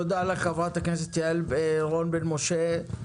תודה לחברת הכנסת יעל רון בן משה.